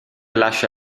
lascia